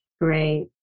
Great